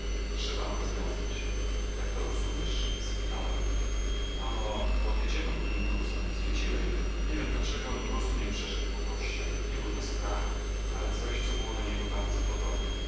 trzeba ją rozwiązać jak to rozumiesz spytałem ano podjedziemy ku tym gruzom i zwiedzimy je nie wiem dlaczego mróz mnie przeszedł po kościach nie był to strach ale coś co było do niego bardzo podobne